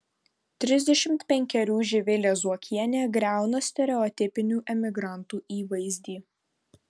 trisdešimt penkerių živilė zuokienė griauna stereotipinių emigrantų įvaizdį